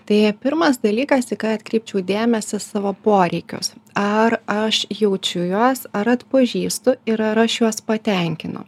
tai pirmas dalykas į ką atkreipčiau dėmesį savo poreikius ar aš jaučiu juos ar atpažįstu ir ar aš juos patenkinu